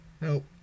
Nope